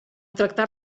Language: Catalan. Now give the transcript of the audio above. tractar